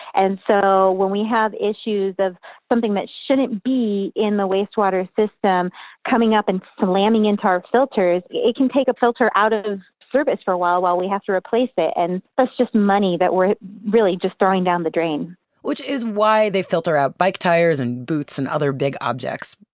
and so when we have issues of something that shouldn't be in the wastewater system coming up and and slamming into our filters, it can take a filter out of service for a while, while we have to replace it. and that's just money that we're really just throwing down the drain which is why they filter out bike tires and boots and other big objects.